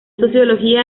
sociología